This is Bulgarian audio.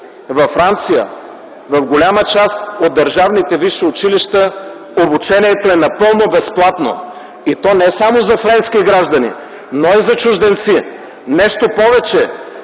Във Франция в голяма част от държавните висши училища обучението е напълно безплатно, и то не само за френски граждани, но и за чужденци. Нещо повече,